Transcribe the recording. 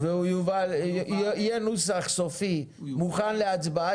יהיה נוסח סופי מוכן להצבעה,